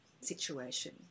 situation